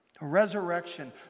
Resurrection